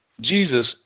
Jesus